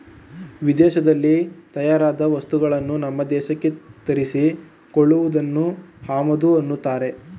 ವಿದೇಶದಲ್ಲಿ ತಯಾರಾದ ವಸ್ತುಗಳನ್ನು ನಮ್ಮ ದೇಶಕ್ಕೆ ತರಿಸಿ ಕೊಳ್ಳುವುದನ್ನು ಆಮದು ಅನ್ನತ್ತಾರೆ